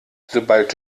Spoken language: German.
sobald